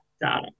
data